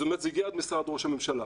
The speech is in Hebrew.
זה הגיע עד משרד ראש הממשלה.